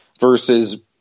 versus